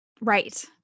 Right